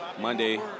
Monday